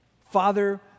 Father